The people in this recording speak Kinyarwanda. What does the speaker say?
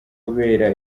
kubera